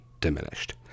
diminished